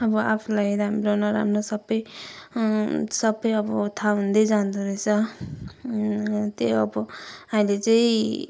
अब आफूलाई राम्रो नराम्रो सबै सबै अब थाहा हुँदै जाँदो रहेस त्यही हो अब अहिले चाहिँ